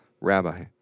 Rabbi